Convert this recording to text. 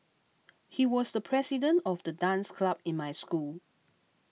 he was the president of the dance club in my school